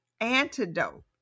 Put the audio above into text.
antidote